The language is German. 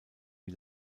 die